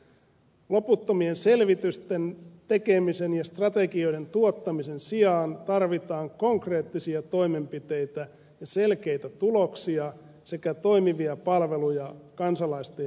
loputtomien selvitysten tekemisen ja strategioiden tuottamisen sijaan tarvitaan konkreettisia toimenpiteitä ja selkeitä tuloksia sekä toimivia palveluja kansa laisten ja yritysten käyttöön